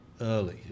early